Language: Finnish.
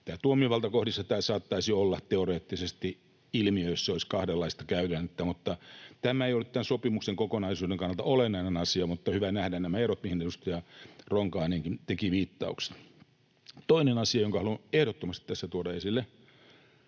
Tuomiovaltakohdissa tämä saattaisi olla teoreettisesti ilmiö, jossa olisi kahdenlaista käytännettä. Tämä ei ole tämän sopimuksen kokonaisuuden kannalta olennainen asia, mutta on hyvä nähdä nämä erot, mihin edustaja Ronkainenkin teki viittauksen. Toinen asia, jonka haluan ehdottomasti tässä tuoda esille,